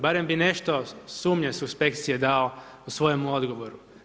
Barem bi nešto sumnje suspekcije dao u svojemu odgovoru.